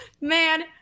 man